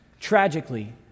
tragically